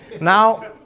Now